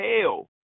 hell